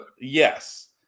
Yes